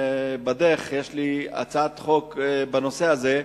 יש לי הצעת חוק בדרך בנושא הזה,